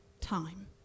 time